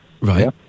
Right